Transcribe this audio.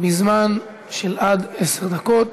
בזמן של עד עשר דקות.